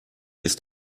ist